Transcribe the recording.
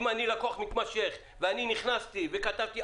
אם אני לקוח מתמשך ואני נכנסתי וכתבתי,